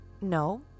No